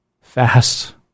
fast